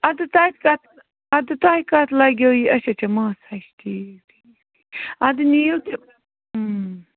اَدٕ تَتہِ کَتھ اَدٕ تۄہہِ کَتھ لگیو یہِ اچھا اچھا ماسہٕ ہشہِ ٹھیٖک ٹھیٖک اَدٕ نِیِو تہٕ